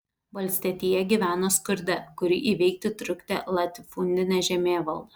valstietija gyveno skurde kurį įveikti trukdė latifundinė žemėvalda